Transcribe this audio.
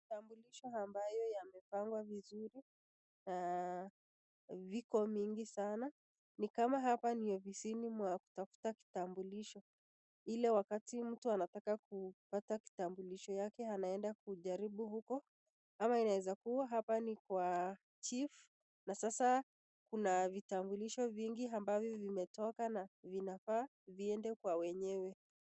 Vitambulisho ambayo yamepangwa vizuri viko mingi sana. Ni kama hapa ni ofisini mwa kutafuta vitambulisho. Ile wakati mtu anataka kupata kitambulisho yake anaenda kujaribu huko. Ama inawezakua hapa ni kwa chief .Na sasa vitambulisho vingi vimetoka na inafaa viende kwa wenyewe.